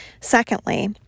Secondly